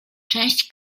część